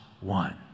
one